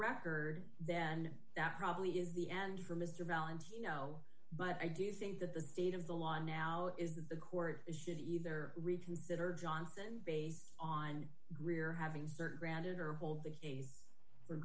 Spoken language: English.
record then that probably is the end for mr valentino but i do think that the state of the law now is that the court should either reconsider johnson based on greer having certain granted or hold the case for